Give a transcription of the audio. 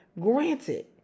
Granted